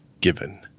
given